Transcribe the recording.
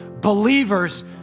believers